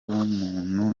bw’umuntu